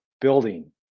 building